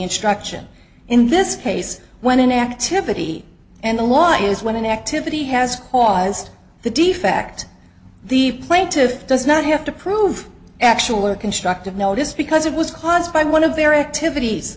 instruction in this case when an activity and the law is when an activity has caused the defect the plaintiff does not have to prove actual or constructive notice because it was caused by one of their activities